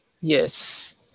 Yes